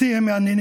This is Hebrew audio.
אותי הם מעניינים,